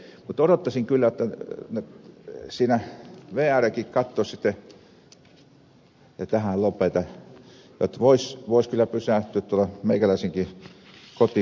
mutta odottaisin kyllä että siinä vrkin katsoisi sitten ja tähän lopetan jotta voisi kyllä pysähtyä tuolla meikäläisenkin kotikulmilla